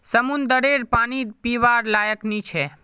समंद्ररेर पानी पीवार लयाक नी छे